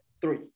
three